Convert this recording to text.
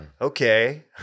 Okay